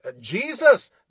Jesus